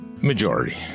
majority